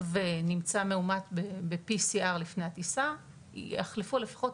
ונמצא מאומת ב-PCR לפני הטיסה - יחלפו לפחות